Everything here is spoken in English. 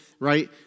right